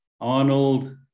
Arnold